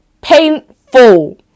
painful